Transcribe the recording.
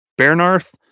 Bernarth